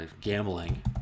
Gambling